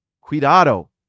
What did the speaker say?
Cuidado